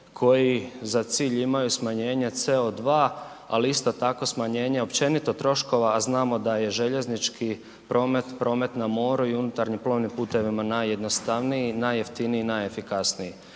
koji za cilj imaju smanjenje CO2, ali isto tako smanjenje općenito troškova, a znamo da je željeznički promet, promet na moru i unutarnjim plovnim putevima najjednostavniji, najjeftiniji i najefikasniji.